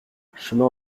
chemin